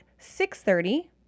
6.30